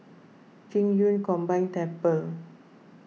Qing Yun Combined Temple